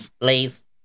please